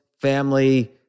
family